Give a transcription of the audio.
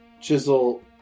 Chisel